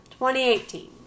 2018